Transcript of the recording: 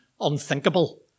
unthinkable